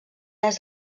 est